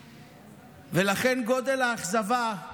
לכן, גודל האכזבה על